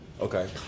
Okay